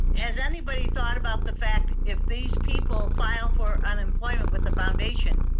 has anybody thought about the fact, if these people file for unemployment with the foundation,